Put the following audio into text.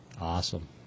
Awesome